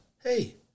hey